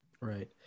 right